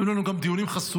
היו לנו גם דיונים חסויים,